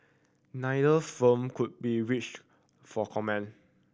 neither firm could be reached for comment